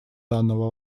данного